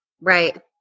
Right